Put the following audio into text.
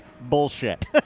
bullshit